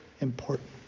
important